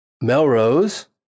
Melrose